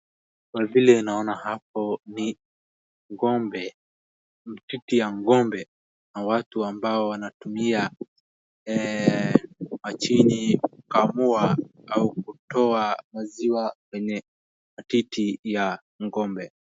Na vile naona hapo ni ng'ombe, mtiti ya ng'ombe na watu ambao wanatumia mashini kukamua au kutoa maziwa kwenye titi ya ng'ombe.